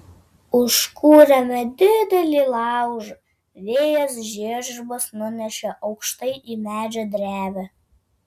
užkūrėme didelį laužą vėjas žiežirbas nunešė aukštai į medžio drevę